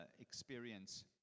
experience